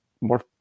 more